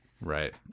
Right